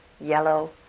yellow